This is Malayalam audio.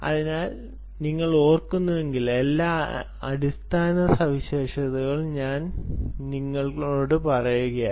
അതിനാൽ നിങ്ങൾ ഓർക്കുന്നുവെങ്കിൽ എല്ലാ അടിസ്ഥാന ആവശ്യകതകളും ഞാൻ നിങ്ങളോട് പറയുകയായിരുന്നു